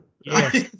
Yes